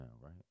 right